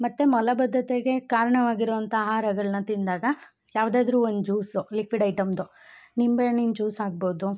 ಮತ್ತು ಮಲಬದ್ದತೆಗೆ ಕಾರಣವಾಗಿರೋ ಅಂಥ ಆಹಾರಗಳ್ನ ತಿಂದಾಗ ಯಾವುದಾದ್ರು ಒಂದು ಜ್ಯೂಸು ಲಿಕ್ವಿಡ್ ಐಟಮ್ದು ನಿಂಬೆಹಣ್ಣಿನ್ ಜ್ಯೂಸ್ ಆಗ್ಬೋದು